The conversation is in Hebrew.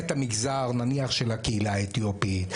את המגזר נניח של הקהילה האתיופית,